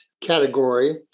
category